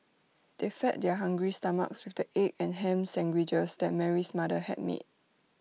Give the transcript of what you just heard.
they fed their hungry stomachs with the egg and Ham Sandwiches that Mary's mother had made